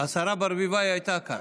השרה ברביבאי הייתה כאן.